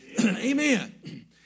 amen